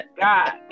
God